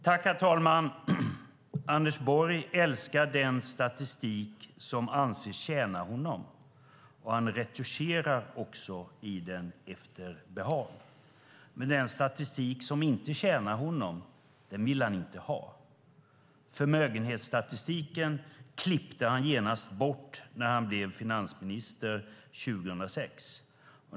Herr talman! Anders Borg älskar den statistik som tjänar honom, och han retuscherar också i den efter behag. Men den statistik som inte tjänar honom vill han inte ha. Förmögenhetsstatistiken klippte han genast bort när han blev finansminister 2006.